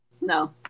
No